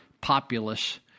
populace